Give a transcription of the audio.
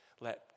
Let